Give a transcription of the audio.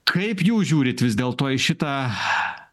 kaip jūs žiūrite vis dėlto šitą